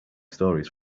stories